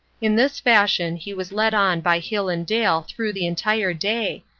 in this fashion he was led on by hill and dale through the entire day,